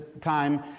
time